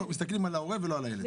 אנחנו מסתכלים על ההורה ולא על הילד.